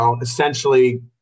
essentially